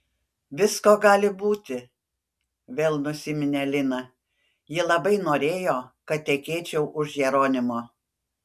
visko gali būti vėl nusiminė lina ji labai norėjo kad tekėčiau už jeronimo